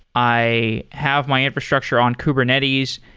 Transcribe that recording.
i have my infrastructure on kubernetes.